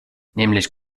nämlich